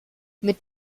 mit